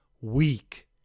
weak